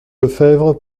lefebvre